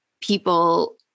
people